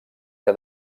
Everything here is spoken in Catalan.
que